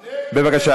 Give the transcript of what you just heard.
בבקשה,